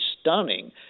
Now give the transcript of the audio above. stunning